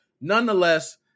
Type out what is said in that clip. nonetheless